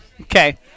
Okay